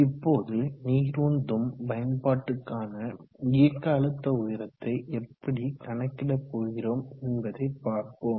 இப்போது நீர் உந்தும் பயன்பாடுக்கான இயக்க அழுத்த உயரத்தை எப்படி கணக்கிடப்போகிறோம் என்பதை பார்ப்போம்